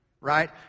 right